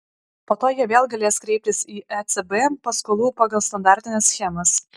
po to jie vėl galės kreiptis į ecb paskolų pagal standartines schemas